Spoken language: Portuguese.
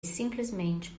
simplesmente